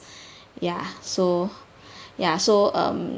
ya so ya so um